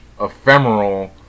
ephemeral